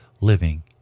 living